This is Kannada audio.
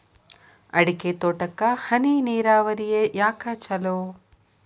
ಅಡಿಕೆ ತೋಟಕ್ಕ ಹನಿ ನೇರಾವರಿಯೇ ಯಾಕ ಛಲೋ?